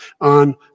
on